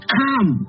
come